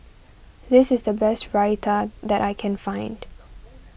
this is the best Raita that I can find